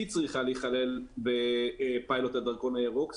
צריכה להיכלל בפיילוט הדרכון הירוק.